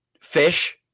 fish